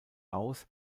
aus